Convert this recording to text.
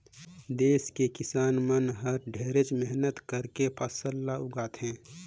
देस के किसान मन हर ढेरे मेहनत करके फसल ल उगाथे